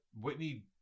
Whitney